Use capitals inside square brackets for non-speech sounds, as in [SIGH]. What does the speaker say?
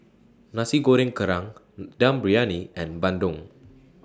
Nasi Goreng Kerang [NOISE] Dum Briyani and Bandung